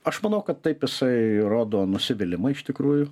aš manau kad taip jisai rodo nusivylimą iš tikrųjų